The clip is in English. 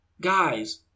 guys